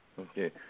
Okay